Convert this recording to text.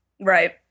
Right